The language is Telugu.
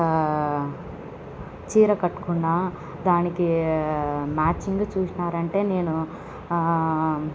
చీర కట్టుకున్న దానికి మ్యాచింగు చూసినారంటే నేను